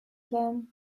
then